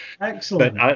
excellent